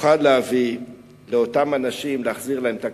תוכל להחזיר לאותם אנשים את הכבוד.